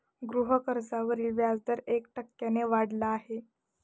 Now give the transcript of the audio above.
गृहकर्जावरील व्याजदर एक टक्क्याने वाढला आहे